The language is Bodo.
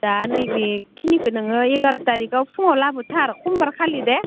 दा नैबेखिनिखो नोङो एगार' थारिखआव फुङाव लाबोथार समबार खालि दे